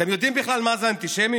אתם יודעים בכלל מה זה אנטישמיות?